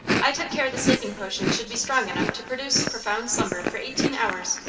i took care the sleeping potion should be strong enough to produce profound slumber for eighteen hours.